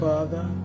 Father